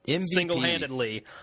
single-handedly